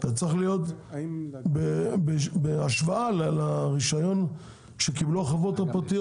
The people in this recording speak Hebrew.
זה צריך להיות בהשוואה לרישיון שקיבלו החברות הפרטיות.